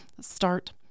start